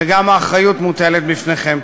וגם האחריות מוטלת בפניכם.